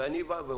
לכן אני אומר,